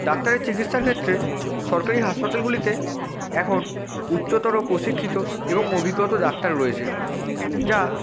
ডাক্তারের চিকিৎসার ক্ষেত্রে সরকারি হাসপাতালগুলিতে এখন উচ্চতর প্রশিক্ষিত এবং অভিজ্ঞ ডাক্তার রয়েছে যা